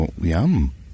Yum